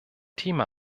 thema